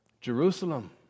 Jerusalem